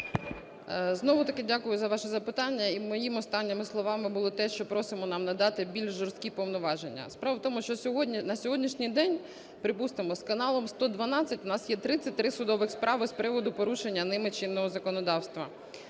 Знову-таки дякую за ваше запитання. І моїми останніми словами було те, що просимо нам надати більш жорсткі повноваження. Справа в тому, що на сьогоднішній день, припустимо, з каналом "112" у нас є 33 судові справи з приводу порушення ними чинного законодавства.